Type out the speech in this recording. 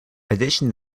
addition